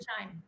time